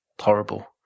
Horrible